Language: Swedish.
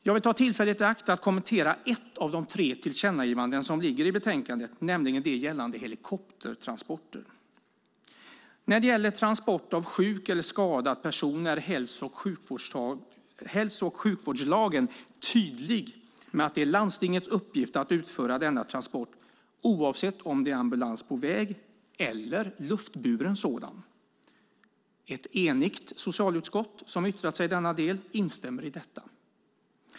Jag vill ta tillfället i akt och kommentera ett av de tre tillkännagivanden som ligger i betänkandet, nämligen det gällande helikoptertransporter. När det gäller transport av sjuk eller skadad person är hälso och sjukvårdslagen tydlig med att det är landstingets uppgift att utföra denna transport, oavsett om det gäller ambulans på väg eller luftburen transport. Ett enigt socialutskott, som yttrat sig i denna del, instämmer i detta.